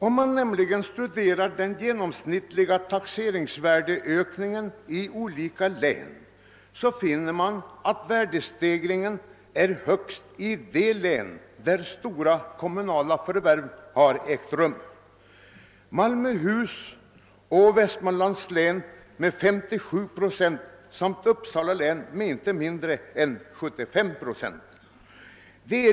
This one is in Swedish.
Om man studerar den genomsnittliga taxeringsvärdeökningen i olika län skall man finna att värdestegringen är högst i de län där stora kommunala förvärv har ägt rum, nämligen 57 procent i Malmöhus och Västmanlands län samt inte mindre än 75 procent i Uppsala län.